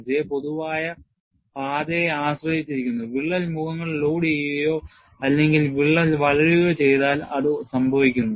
J പൊതുവായ പാതയെ ആശ്രയിച്ചിരിക്കുന്നു വിള്ളൽ മുഖങ്ങൾ ലോഡുചെയ്യുകയോ അല്ലെങ്കിൽ വിള്ളൽ വളയുകയോ ചെയ്താൽ അത് സംഭവിക്കുന്നു